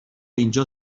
اینجا